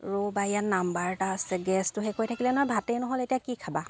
ৰ'বা ইয়াত নম্বৰ এটা আছে গেছটো শেষ হৈ থাকিলে নহয় ভাতে ন'হল এতিয়া কি খাবা